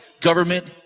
government